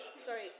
Sorry